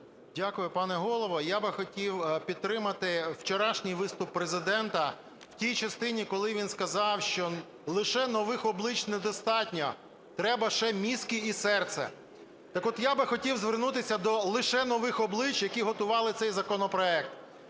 Дякую, пане Голово. Я би хотів підтримати вчорашній виступ Президента в тій частині, коли він сказав, що лише нових облич недостатньо - треба ще мізки і серце. Так от, я би хотів звернутися до лише нових облич, які готували цей законопроект.